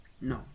No